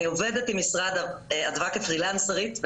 אני עובדת עם אדווה כפרילנסרית.